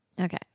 Okay